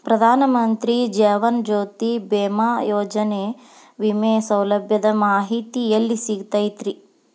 ಪ್ರಧಾನ ಮಂತ್ರಿ ಜೇವನ ಜ್ಯೋತಿ ಭೇಮಾಯೋಜನೆ ವಿಮೆ ಸೌಲಭ್ಯದ ಮಾಹಿತಿ ಎಲ್ಲಿ ಸಿಗತೈತ್ರಿ?